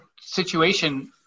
situation